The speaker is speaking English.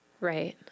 Right